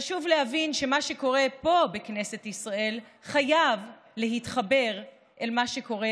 חשוב להבין שמה שקורה פה בכנסת ישראל חייב להתחבר אל מה שקורה,